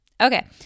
Okay